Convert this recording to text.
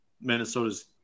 Minnesota's